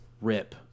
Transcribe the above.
rip